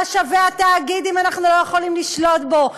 מה שווה התאגיד אם אנחנו לא יכולים לשלוט בו?